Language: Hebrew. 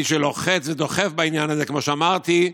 מי שלוחץ ודוחף בעניין הזה, כמו שאמרתי,